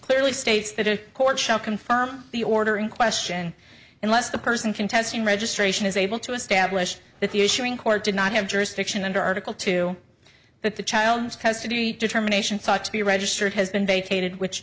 clearly states that a court shall confirm the order in question unless the person contesting registration is able to establish that the issuing court did not have jurisdiction under article two that the child custody determination sought to be registered has been vacated which